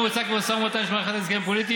נשארו לו חמש דקות.